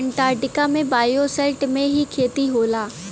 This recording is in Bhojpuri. अंटार्टिका में बायोसेल्टर में ही खेती होला